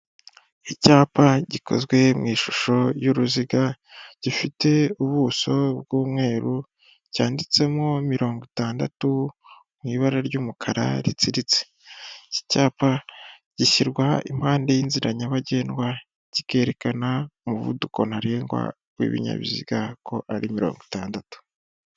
Icyapa gikozwe mu ishusho y'uruziga, gifite ubuso bw'umweru, cyanditsemo mirongo itandatu mu ibara ry'umukara ritsiritse. Iki cyapa gishyirwa impande y'inzira nyabagendwa kikerekana umuvuduko ntarengwa w'ibinyabiziga, Ko ari mirongo itandatu.